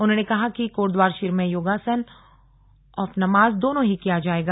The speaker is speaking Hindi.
उन्होंने कहा कि कोटद्वार शिविर में योगासन औप नमाज दोनों ही किया जाएगा